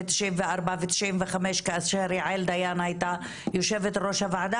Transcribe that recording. ן-94' ו-95' כאשר יעל דיין היתה יושבת ראש הוועדה